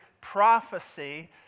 prophecy